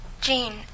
Jean